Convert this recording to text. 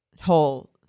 whole